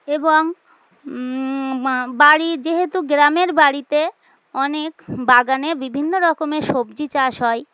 এবং বাড়ি যেহেতু গ্রামের বাড়িতে অনেক বাগানে বিভিন্ন রকমের সবজি চাষ হয়